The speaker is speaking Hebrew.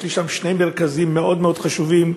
יש שם שני מרכזים מאוד מאוד חשובים